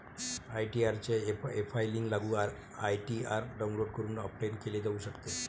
ITR चे efiling लागू ITR download करून ऑफलाइन केले जाऊ शकते